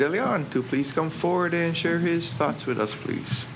leon to please come forward and share his thoughts with us please